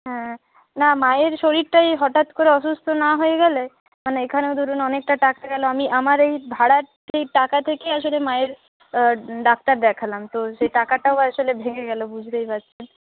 হ্যাঁ না মায়ের শরীরটা এই হঠাৎ করে অসুস্থ না হয়ে গেলে মানে এখানেও ধরুণ অনেকটা টাকা গেল আমি আমার এই ভাড়ার এই টাকা থেকেই আসলে মায়ের ডাক্তার দেখালাম তো সেই টাকাটাও আসলে ভেঙে গেল বুঝতেই পারছেন